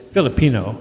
Filipino